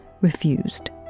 refused